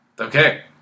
Okay